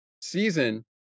season